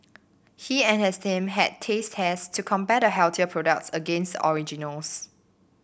he and his team had taste tests to compare the healthier products against the originals